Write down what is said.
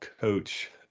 coach